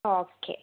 okay